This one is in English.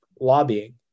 lobbying